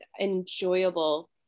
enjoyable